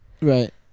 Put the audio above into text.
right